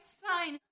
sign